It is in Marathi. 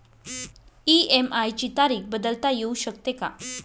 इ.एम.आय ची तारीख बदलता येऊ शकते का?